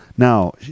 Now